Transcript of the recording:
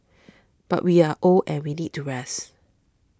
but we are old and we need to rest